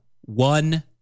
one